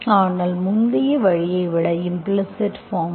ஆனால் முந்தைய வழியை விட இம்ப்ளிஸிட் பார்ம்